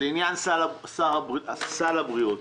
לעניין סל התרופות,